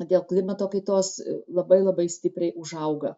dėl klimato kaitos labai labai stipriai užauga